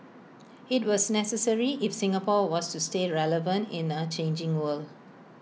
IT was necessary if Singapore was to stay relevant in A changing world